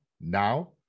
now